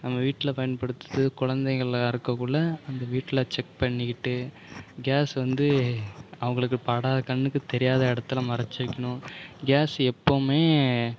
நம்ம வீட்டில் பயன்படுத்துறதுல குழந்தைங்கள்லாம் இருக்ககுள்ளே அந்த வீட்டில் செக் பண்ணிக்கிட்டு கேஸ் வந்து அவங்களுக்கு படாத கண்ணுக்கு தெரியாத இடத்துல மறைத்து வைக்கணும் கேஸ் எப்பவுமே